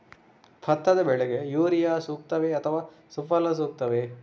ಭತ್ತದ ಬೆಳೆಗೆ ಯೂರಿಯಾ ಸೂಕ್ತವೇ ಅಥವಾ ಸುಫಲ ಸೂಕ್ತವೇ?